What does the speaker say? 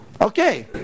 Okay